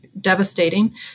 devastating